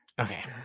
Okay